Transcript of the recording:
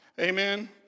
Amen